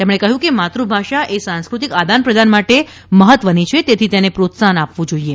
તેમણે કહ્યુ કે માતૃ ભાષાએ સાંસકૃતિક આદાન પ્રદાન માટે મહત્વની છે તેથી તેને પ્રોત્સાહન આપવું જોઇએ